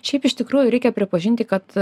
šiaip iš tikrųjų reikia pripažinti kad